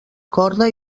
corda